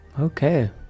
okay